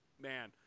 man